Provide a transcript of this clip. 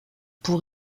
pour